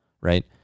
right